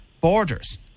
borders